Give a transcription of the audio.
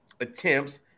attempts